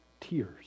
tears